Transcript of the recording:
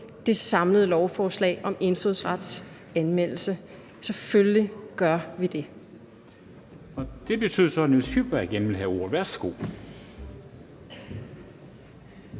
det samlede lovforslag om indfødsrets meddelelse. Selvfølgelig gør vi det.